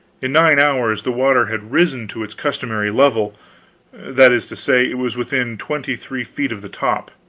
in nine hours the water had risen to its customary level that is to say, it was within twenty-three feet of the top.